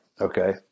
Okay